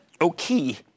okay